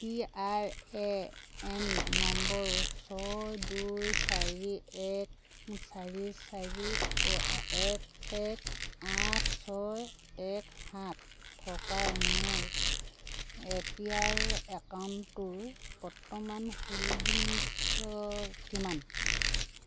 P R A N নম্বৰ ছয় দুই চাৰি এক চাৰি চাৰি ও এক এক আঠ ছয় এক সাত থকা মোৰ এ পি ৱাইৰ একাউণ্টটোৰ বৰ্তমান হোল্ডিংছ কিমান